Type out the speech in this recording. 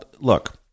look